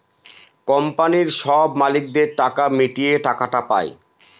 কোম্পানির সব মালিকদের টাকা মিটিয়ে টাকাটা পায়